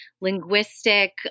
linguistic